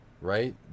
right